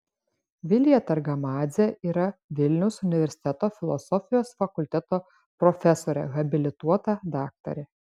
vilija targamadzė yra vilniaus universiteto filosofijos fakulteto profesorė habilituota daktarė